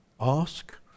ask